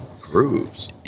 Grooves